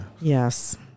Yes